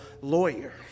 lawyer